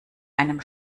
einem